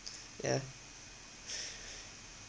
ya